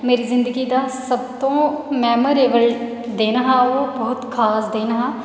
मेरी जिंदगी दा सब तू मैमोरेबल दिन हा ओह् सब तू खास दिन हा ओह्